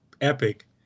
epic